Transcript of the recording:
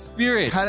Spirit